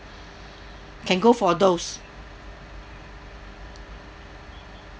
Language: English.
can go for those